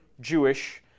Jewish